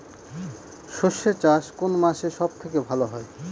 সর্ষে চাষ কোন মাসে সব থেকে ভালো হয়?